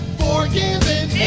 forgiven